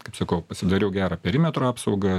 kaip sakau pasidariau gerą perimetro apsaugą